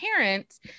parents